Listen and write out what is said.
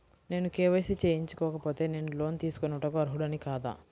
నేను కే.వై.సి చేయించుకోకపోతే నేను లోన్ తీసుకొనుటకు అర్హుడని కాదా?